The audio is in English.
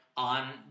on